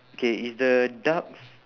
okay is the ducks